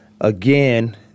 again